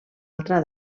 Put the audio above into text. altra